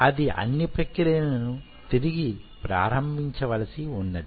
అది అన్ని ప్రక్రియలను తిరిగి ప్రారంభించవలసి వున్నది